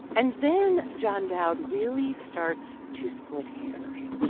and then john dowd really starts to split hairs.